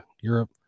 Europe